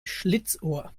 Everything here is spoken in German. schlitzohr